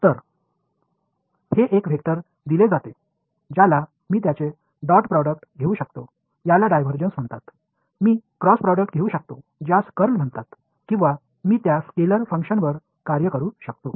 तर हे एक वेक्टर दिले जाते ज्याला मी त्याचे डॉट प्रोडक्ट घेऊ शकतो याला डायव्हर्जन्स म्हणतात मी क्रॉस प्रोडक्ट घेऊ शकतो ज्यास कर्ल म्हणतात किंवा मी त्या स्केलर फंक्शनवर कार्य करू शकतो